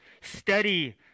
Steady